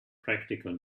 practical